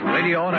Radio